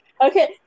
okay